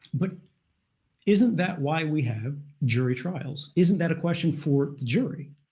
but isn't that why we have jury trials? isn't that a question for the jury?